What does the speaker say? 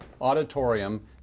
Auditorium